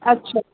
अच्छा